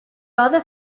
other